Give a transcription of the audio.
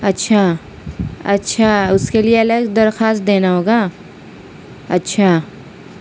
اچھا اچھا اس کے لیے الگ درخواست دینا ہوگا اچھا